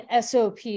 SOP